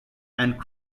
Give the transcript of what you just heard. and